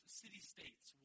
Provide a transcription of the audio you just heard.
city-states